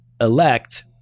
elect